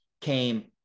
came